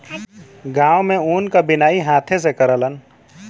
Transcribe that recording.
गांव में ऊन क बिनाई हाथे से करलन